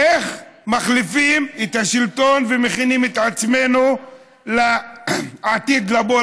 איך מחליפים את השלטון ומכינים את עצמנו לעתיד לבוא,